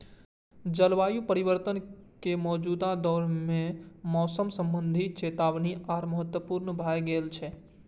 जलवायु परिवर्तन के मौजूदा दौर मे मौसम संबंधी चेतावनी आर महत्वपूर्ण भए गेल छै